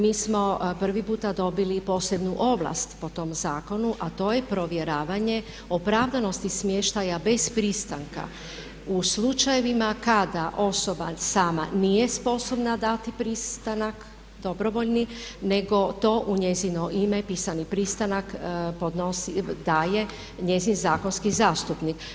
Mi smo prvi puta dobili i posebnu ovlast po tom zakonu a to je provjeravanje opravdanosti smještaja bez pristanka u slučajevima kada osoba sama nije sposobna dati pristanak, dobrovoljni nego to u njezino ime pisani pristanak podnosi, daje njezin zakonski zastupnik.